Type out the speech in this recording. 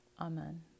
Amen